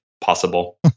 possible